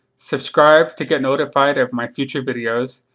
subscribe to get notified of my future videos,